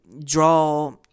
draw